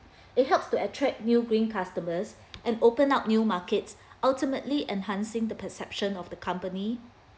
it helps to attract new green customers and open up new markets ultimately enhancing the perception of the company